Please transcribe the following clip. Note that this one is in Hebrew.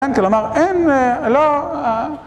‫אין כלומר, אין, לא...